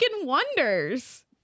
wonders